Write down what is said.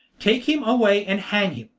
take him away and hang him.